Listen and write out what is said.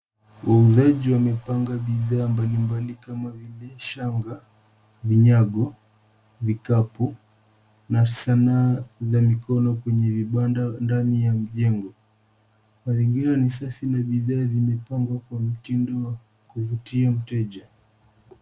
Wauzaji wamepanga bidhaa mbalimbali kama vile shanga, vinyago, vikapu na sanaa za mikono kwenye vibanda ndani ya mjengo. Mazingira ni safi na bidhaa zimepangwa kwa mtindo wa kuvutia wateja.